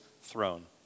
throne